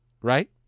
Right